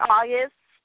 August